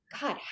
God